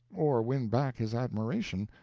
or win back his admiration,